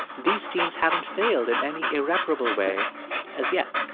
these teens haven't failed in any irreparable way as yet.